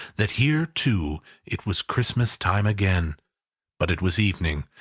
that here too it was christmas time again but it was evening,